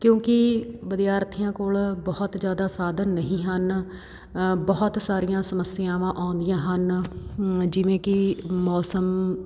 ਕਿਉਂਕਿ ਵਿਦਿਆਰਥੀਆਂ ਕੋਲ ਬਹੁਤ ਜ਼ਿਆਦਾ ਸਾਧਨ ਨਹੀਂ ਹਨ ਬਹੁਤ ਸਾਰੀਆਂ ਸਮੱਸਿਆਵਾਂ ਆਉਂਦੀਆਂ ਹਨ ਜਿਵੇਂ ਕਿ ਮੌਸਮ